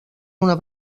una